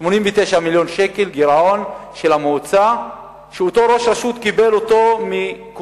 89 מיליון שקל גירעון של המועצה שאותו ראש רשות קיבל מקודמיו,